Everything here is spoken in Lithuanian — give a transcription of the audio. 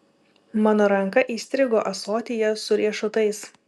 mano ranka įstrigo ąsotyje su riešutais